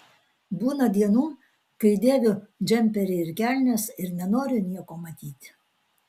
būna dienų kai dėviu džemperį ir kelnes ir nenoriu nieko matyti